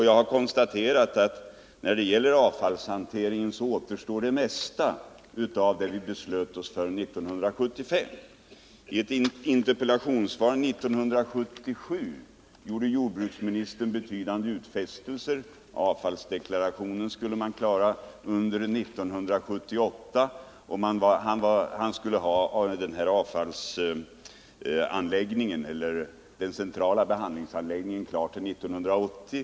Jag konstaterade att när det gäller avfallshanteringen återstår det mesta av det vi beslöt oss för 1975. I ett interpellationssvar 1977 gjorde jordbruksministern betydande utfästelser. Avfallsdeklarationen skulle vara klar under 1978. Enligt honom skulle den centrala behandlingsanläggningen vara klar till 1980.